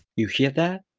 you hear that?